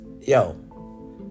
Yo